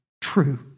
true